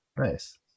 Nice